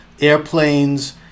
airplanes